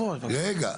רגע.